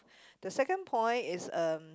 the second point is um